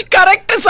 Correct